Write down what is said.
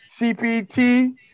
CPT